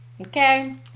okay